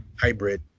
hybrid